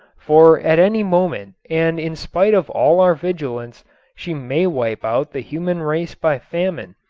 for at any moment and in spite of all our vigilance she may wipe out the human race by famine,